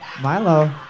Milo